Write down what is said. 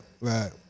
right